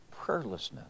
prayerlessness